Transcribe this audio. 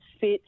fit